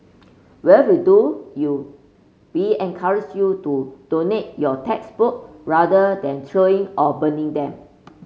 whatever you do you we encourage you to donate your textbook rather than throwing or burning them